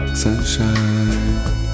sunshine